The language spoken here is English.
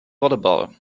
volleyball